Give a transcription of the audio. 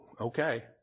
okay